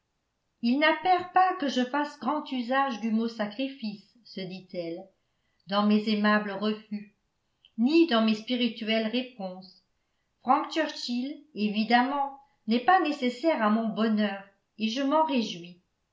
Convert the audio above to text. il n'appert pas que je fasse grand usage du mot sacrifice se dit-elle dans mes aimables refus ni dans mes spirituelles réponses frank churchil évidemment n'est pas nécessaire à mon bonheur et je m'en réjouis